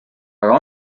aga